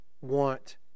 want